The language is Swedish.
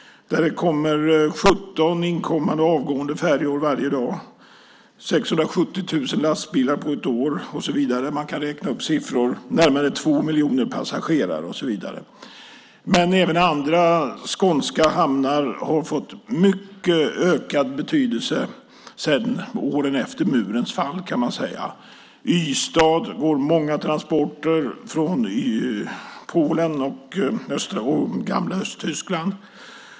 Där kommer det 17 inkommande och avgående färjor varje dag, 670 000 lastbilar på ett år - man kan räkna upp siffror - och närmare två miljoner passagerare. Men även andra skånska hamnar har fått mycket ökad betydelse sedan murens fall, kan man säga. Till Ystad går många transporter från Polen och gamla Östtyskland.